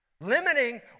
Limiting